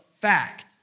fact